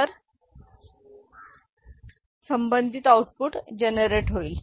तर संबंधित आउटपुट व्युत्पन्न होईल